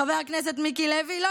חבר הכנסת מיקי לוי, שמאלנים בוגדים.